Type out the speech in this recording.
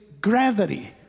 gravity